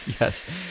Yes